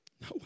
No